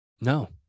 no